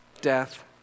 death